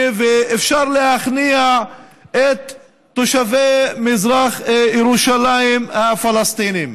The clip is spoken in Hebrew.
ואפשר להכניע את תושבי מזרח ירושלים הפלסטינים.